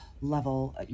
level